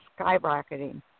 skyrocketing